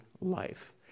life